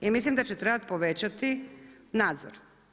I mislim da će trebati povećati nadzor.